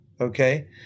okay